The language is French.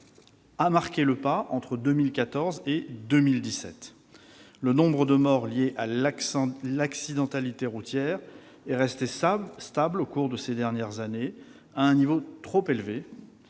a marqué le pas entre 2014 et 2017. Le nombre de morts liés à l'accidentalité routière est resté stable au cours de ces dernières années, à un niveau trop élevé,